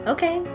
Okay